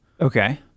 Okay